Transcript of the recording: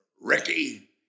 Ricky